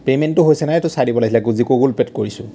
পেমেণ্টটো হৈছে নাই সেইটো চাই দিব লাগিছিলে গুগুলপেত কৰিছোঁ